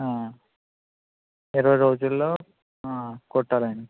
ఇరవై రోజుల్లో కుట్టాలండి